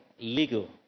Legal